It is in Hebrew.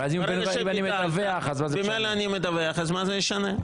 ואז אם אני מדווח, מה זה משנה?